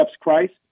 Christ